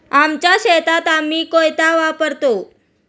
आमच्या शेतात आम्ही कोयता वापरतो